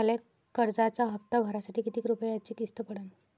मले कर्जाचा हप्ता भरासाठी किती रूपयाची किस्त पडन?